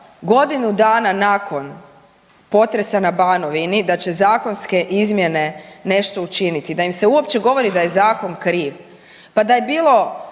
godinu dana nakon potresa na Banovini da će zakonske izmjene nešto učiniti, da im se uopće govori da je zakon kriv. Pa da je bilo